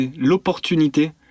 l'opportunité